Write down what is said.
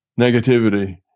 negativity